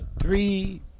three